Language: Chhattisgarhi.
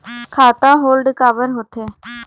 खाता होल्ड काबर होथे?